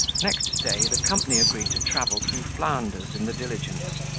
next day the company agreed to travel through flanders in the diligence,